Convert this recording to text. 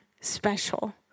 special